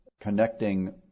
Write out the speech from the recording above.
connecting